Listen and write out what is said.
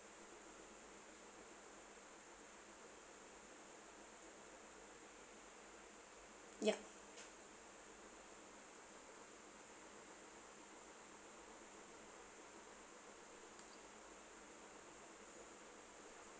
ya